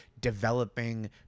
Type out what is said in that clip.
developing